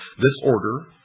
this order,